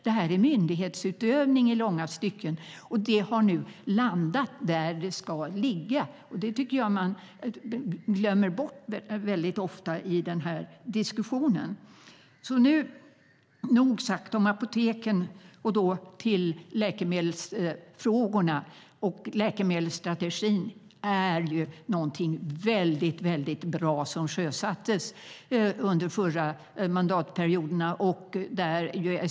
Det är myndighetsutövning i långa stycken, och det har nu landat där det ska ligga. Det tycker jag att man glömmer bort väldigt ofta i den här diskussionen. Men nog sagt om apoteken - nu går jag över till läkemedelsfrågorna. Läkemedelsstrategin är något väldigt bra som sjösattes under de förra mandatperioderna.